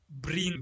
Bring